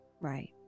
Right